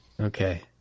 Okay